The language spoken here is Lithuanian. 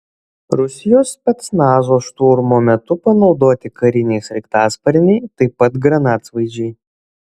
rusijos specnazo šturmo metu panaudoti kariniai sraigtasparniai taip pat granatsvaidžiai